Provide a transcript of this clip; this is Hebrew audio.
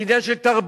זה עניין של תרבות,